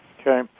Okay